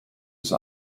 ist